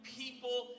people